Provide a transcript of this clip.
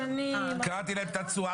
קרעתי להם את הצורה,